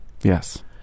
Yes